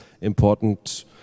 important